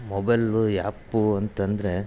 mobile app ಅಂತಂದರೆ